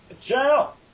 Channel